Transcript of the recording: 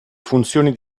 funzioni